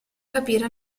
capire